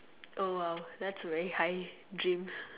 oh !wow! that's a very high dream